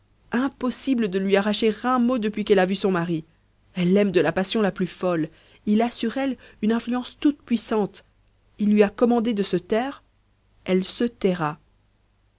impossible de lui arracher un mot depuis qu'elle a vu son mari elle l'aime de la passion la plus folle il a sur elle une influence toute-puissante il lui a commandé de se taire elle se taira